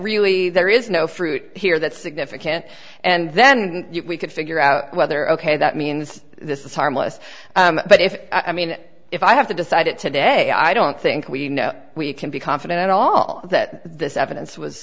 really there is no fruit here that's significant and then we could figure out whether ok that means this is harmless but if i mean if i have to decide it today i don't think we know we can be confident at all that this evidence was